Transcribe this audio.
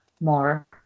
more